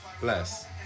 Bless